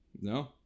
no